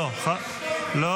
--- שהחברים שלי --- שתוק אתה.